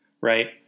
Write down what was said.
right